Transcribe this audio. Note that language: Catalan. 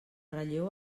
relleu